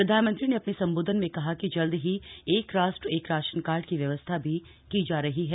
प्रधानमंत्री ने अपने संबोधन में कहा कि जल्द ही एक राष्ट्र एक राशन कार्ड की व्यवस्था भी की जा रही है